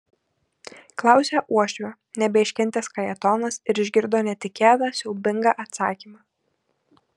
klausia uošvio nebeiškentęs kajetonas ir išgirdo netikėtą siaubingą atsakymą